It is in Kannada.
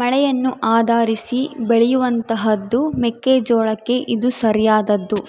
ಮಳೆಯನ್ನು ಆಧರಿಸಿ ಬೆಳೆಯುವಂತಹದ್ದು ಮೆಕ್ಕೆ ಜೋಳಕ್ಕೆ ಇದು ಸರಿಯಾದದ್ದು